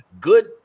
good